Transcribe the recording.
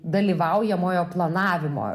dalyvaujamojo planavimo